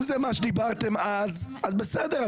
אם זה מה שדיברתם אז, אז בסדר.